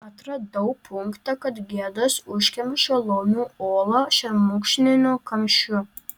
atradau punktą kad gedas užkemša laumių olą šermukšniniu kamščiu